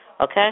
okay